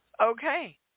Okay